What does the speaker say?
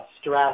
stress